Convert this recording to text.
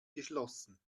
geschlossen